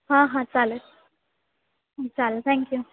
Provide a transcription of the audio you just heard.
हां हां चालेल चालेल थँक्यू